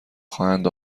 خواهند